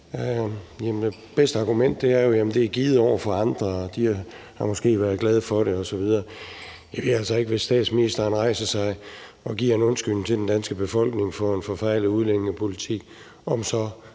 Det bedste argument er jo, at det er givet til andre, og at de måske har været glade for det osv. Hvis statsministeren rejser sig og giver en undskyldning til den danske befolkning for en forfejlet udlændingepolitik, ved